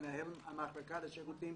מנהל המחלקה לשירותים